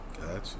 Gotcha